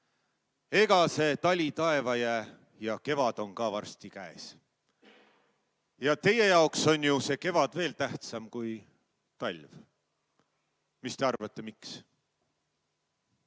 Ega tali taeva jää ja kevad on ka varsti käes. Teie jaoks on see kevad veel tähtsam kui talv. Mis te arvate, miks?